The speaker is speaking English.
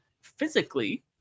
physically